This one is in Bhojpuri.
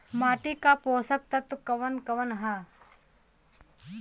माटी क पोषक तत्व कवन कवन ह?